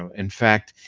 um in fact,